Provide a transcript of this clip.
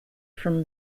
from